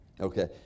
Okay